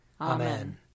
Amen